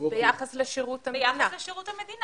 ביחס לשירות המדינה.